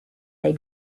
they